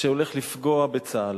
שהולך לפגוע בצה"ל.